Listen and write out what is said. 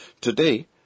Today